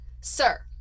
sir